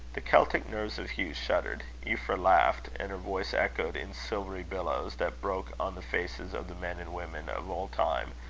the celtic nerves of hugh shuddered. euphra laughed and her voice echoed in silvery billows, that broke on the faces of the men and women of old time,